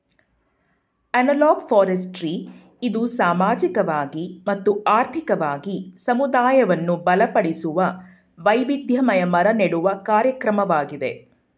analog forestry ಇದು ಸಾಮಾಜಿಕವಾಗಿ ಮತ್ತು ಆರ್ಥಿಕವಾಗಿ ಸಮುದಾಯವನ್ನು ಬಲಪಡಿಸುವ, ವೈವಿಧ್ಯಮಯ ಮರ ನೆಡುವ ಕಾರ್ಯಕ್ರಮವಾಗಿದೆ